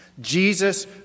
Jesus